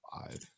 five